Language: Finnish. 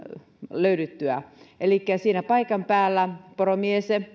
löydyttyä elikkä siinä paikan päällä poromies